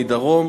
מדרום.